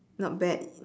not bad